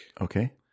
Okay